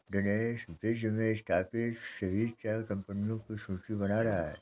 दिनेश विश्व में स्थापित सभी चाय कंपनियों की सूची बना रहा है